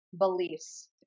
beliefs